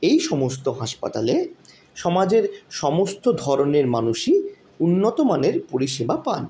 এই সমস্ত হাসপাতালে সমাজের সমস্ত ধরনের মানুষই উন্নত মানের পরিষেবা পান